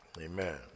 amen